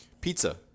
Pizza